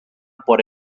por